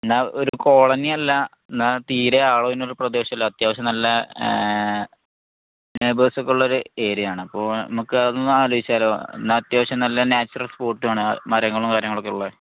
എന്നാൽ ഒരു കോളനിയല്ല എന്നാൽ തീരെ ആളില്ലാത്തൊരു പ്രദേശമല്ല അത്യാവശ്യം നല്ല നെയ്ബർസ് ഒക്കെ ഉള്ളൊരു ഏരിയ ആണ് അപ്പോൾ നമുക്ക് അത് ഒന്ന് ആലോചിച്ചാലോ എന്നാൽ അത്യാവശ്യം നല്ല നാച്ചുറൽ സ്പോട്ടും ആണ് മരങ്ങളും കാര്യങ്ങളും ഒക്കെ ഉള്ളത്